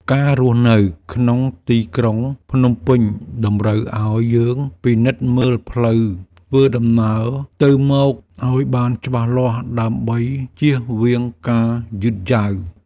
ការរស់នៅក្នុងទីក្រុងភ្នំពេញតម្រូវឱ្យយើងពិនិត្យមើលផ្លូវធ្វើដំណើរទៅមកឱ្យបានច្បាស់លាស់ដើម្បីជៀសវាងការយឺតយ៉ាវ។